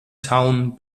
town